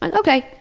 and okay,